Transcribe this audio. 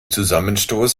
zusammenstoß